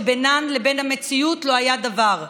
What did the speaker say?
שבינן לבין המציאות לא היה דבר.